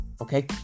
Okay